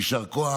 יישר כוח.